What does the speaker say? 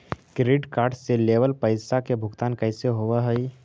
Credit card से लेवल पैसा के भुगतान कैसे होव हइ?